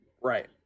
Right